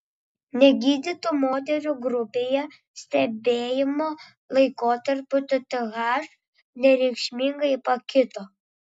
negydytų moterų grupėje stebėjimo laikotarpiu tth nereikšmingai pakito